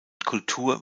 kultur